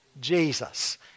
Jesus